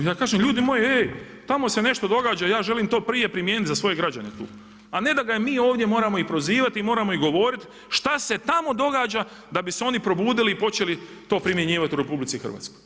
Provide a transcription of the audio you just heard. Ja kažem ljudi moji ej, tamo se nešto događa, ja želim to prije primijeniti za svoje građane tu a ne da ga mi ovdje moramo i prozivati i moramo im govoriti šta se tamo događa da bi se oni probudili i počeli to primjenjivati u RH.